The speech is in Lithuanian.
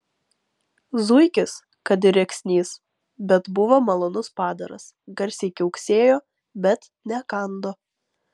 zuikis kad ir rėksnys bet buvo malonus padaras garsiai kiauksėjo bet nekando